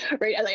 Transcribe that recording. right